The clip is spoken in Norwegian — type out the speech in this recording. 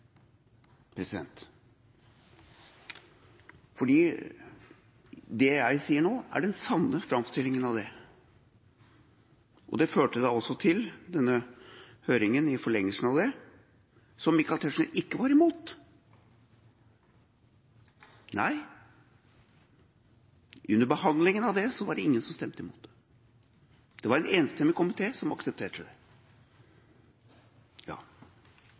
fordi det jeg sier nå, er den sanne framstillingen av det. Det førte da – som en forlengelse av det – til denne høringen, som Michael Tetzschner ikke var imot. Under behandlingen av det var det ingen som stemte imot, det var en enstemmig komité som aksepterte det.